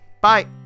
Bye